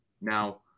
Now